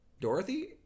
Dorothy